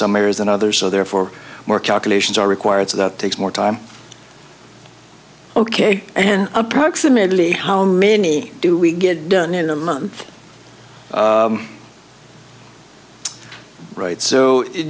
some areas than others so therefore more calculations are required so that takes more time ok and approximately how many do we get done in a month right so